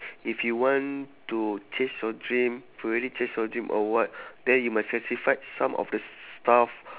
if you want to chase your dream to really chase your dream or what then you must sacrifice some of the s~ stuff